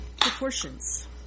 proportions